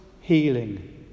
healing